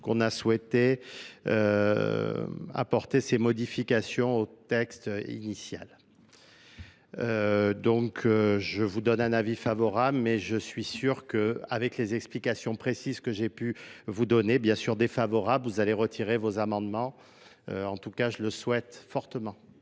qu'on a souhaité. apporter ces modifications au texte initial. Donc, je vous donne un avis favorable, mais je suis sûr que, avec les explications précises que j'ai pu vous donner, bien sûr défavorable, vous allez retirer vos amendements, en tout cas je le souhaite fortement.